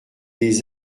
les